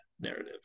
narrative